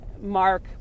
mark